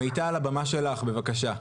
מיטל, הבמה שלך, בבקשה.